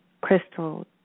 crystal